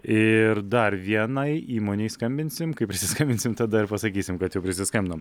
ir dar vienai įmonei skambinsim kai prisiskambinsim tada ir pasakysim kad jau prisiskambinom